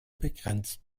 begrenzt